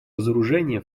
разоружения